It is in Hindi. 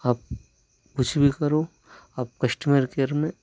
आप कुछ भी करो आप कस्टमर केयर में